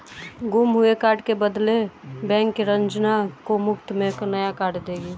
गुम हुए कार्ड के बदले बैंक रंजना को मुफ्त में नया कार्ड देगी